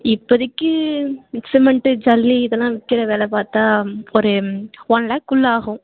இப்பதிக்கு mix cement ஜல்லி இதெல்லாம் விக்கிற வில பார்த்தா ஒரு ஒன் லேக்குள்ளே ஆகும்